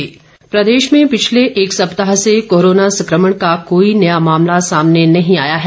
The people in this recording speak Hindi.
प्रदेश कोरोना प्रदेश में पिछले एक सप्ताह से कोरोना संकमण को कोई नया मामला सामने नहीं आया है